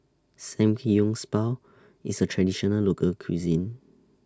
Spa IS A Traditional Local Cuisine